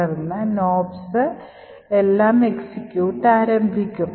തുടർന്ന് നോപ്സ് എല്ലാം എക്സിക്യൂട്ട് ആരംഭിക്കും